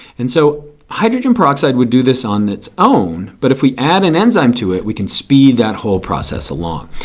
and so hydrogen peroxide would do this on its own, but if we add an enzyme to it we can speed that whole process along.